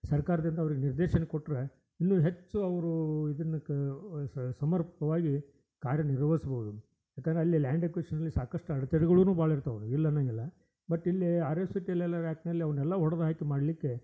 ಸರ್ಕಾರದಿಂದ ಅವ್ರಿಗೆ ನಿರ್ದೇಶನ ಕೊಟ್ಟರೆ ಇನ್ನೂಹೆಚ್ಚು ಅವರೂ ಇದನ್ನು ಕ ಸಮರ್ಪಕವಾಗಿ ಕಾರ್ಯನಿರ್ವಹಿಸ್ಬೋದು ಯಾಕಂದರೆ ಅಲ್ಲಿ ಲ್ಯಾಂಡ್ ಎಕ್ವೀಷನಲ್ಲಿ ಸಾಕಷ್ಟು ಅಡೆತಡೆಗಳೂನೂ ಭಾಳ್ ಇರ್ತವೆ ಅದು ಇಲ್ಲ ಅನ್ನೋಂಗಿಲ್ಲ ಬಟ್ ಇಲ್ಲಿ R F C T L L R act ಆ್ಯಕ್ಟಿನಲ್ಲಿ ಅವನ್ನೆಲ್ಲ ಹೊಡೆದಾಕಿ ಮಾಡಲಿಕ್ಕೆ